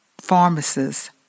pharmacists